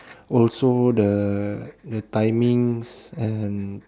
also the the timings and